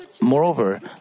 Moreover